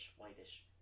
whitish